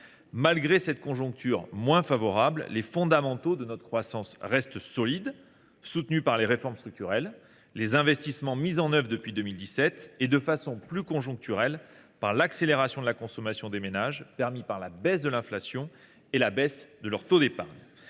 Malgré cette conjoncture moins favorable, les fondamentaux de notre croissance restent solides, soutenus par les réformes structurelles, les investissements mis en œuvre depuis 2017 et, de façon plus conjoncturelle, par l’accélération de la consommation des ménages permise par la baisse de l’inflation comme de leur taux d’épargne.